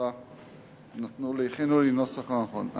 סליחה, הכינו לי נוסח לא נכון.